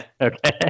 okay